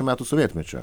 metų sovietmečio